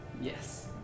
Yes